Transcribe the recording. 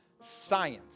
science